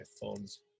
phone's